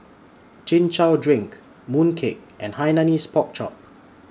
Chin Chow Drink Mooncake and Hainanese Pork Chop